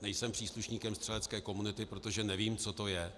Nejsem příslušníkem střelecké komunity, protože nevím, co to je.